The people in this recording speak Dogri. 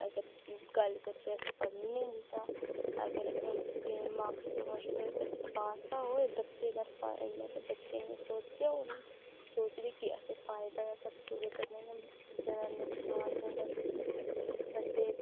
अगर अस गल्ल करचै अस पढ़ने दी तां अगर हून मास प्रमोशन होई बच्चे पास ते होए बच्चें ई सोचेआ होना बच्चे सोचदे होने कि असेंगी फायदा होआ पर ओह्दे कन्नै नुक्सान ते होंदा बच्चें ई